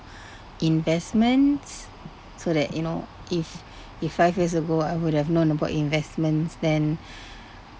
investments so that you know if if five years ago I would have known about investments then